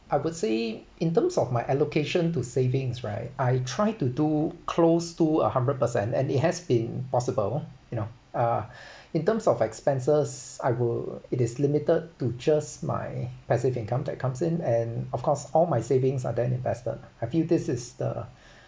I would say in terms of my allocation to savings right I try to do close to a hundred per cent and it has been possible you know uh in terms of expenses I will it is limited to just my passive income that comes in and of course all my savings are then invested I feel this is the